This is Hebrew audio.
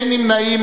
אין נמנעים.